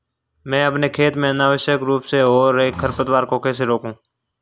मैं अपने खेत में अनावश्यक रूप से हो रहे खरपतवार को कैसे रोकूं?